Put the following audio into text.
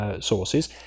sources